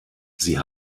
sie